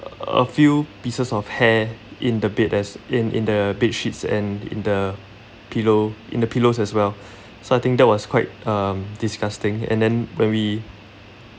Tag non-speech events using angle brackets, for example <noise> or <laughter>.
a few pieces of hair in the bed as in in the bed sheets and in the pillow in the pillows as well <breath> so I think that was quite um disgusting and then when we